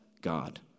God